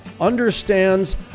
understands